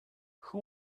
who